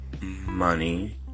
money